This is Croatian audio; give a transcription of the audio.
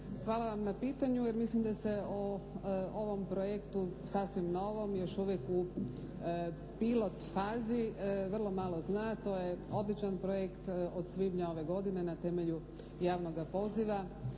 hvala vam na pitanju, jer mislim da se o ovom projektu, sasvim novom, još uvijek u pilot fazi vrlo malo zna. To je odličan projekt. Od svibnja ove godine na temelju javnoga poziva.